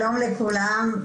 שלום לכולם,